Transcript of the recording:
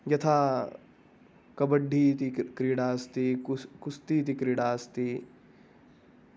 यथा कबड्डी इति क् क्रीडा अस्ति कुस् कुस्ति इति क्रीडा अस्ति